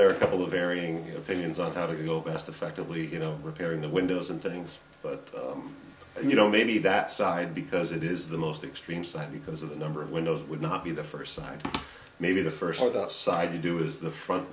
there are a couple of varying opinions on how to go best affectively you know repairing the windows and things but you know maybe that side because it is the most extreme side because of the number of windows would not be the first sign maybe the first or the side to do is the front